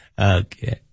Okay